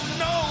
no